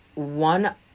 one